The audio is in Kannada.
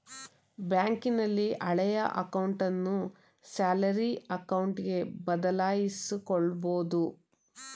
ಬ್ಯಾಂಕಿನಲ್ಲಿ ಹಳೆಯ ಅಕೌಂಟನ್ನು ಸ್ಯಾಲರಿ ಅಕೌಂಟ್ಗೆ ಬದಲಾಯಿಸಕೊಬೋದು